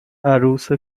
عروس